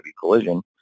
Collision